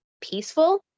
peaceful